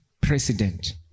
president